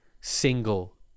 single